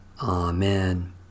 Amen